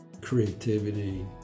creativity